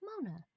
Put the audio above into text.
Mona